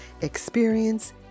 experience